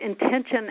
intention